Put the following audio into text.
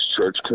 Church